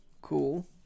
Cool